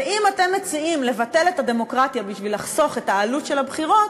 ואם אתם מציעים לבטל את הדמוקרטיה בשביל לחסוך את העלות של הבחירות,